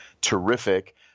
terrific